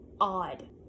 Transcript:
odd